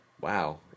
Wow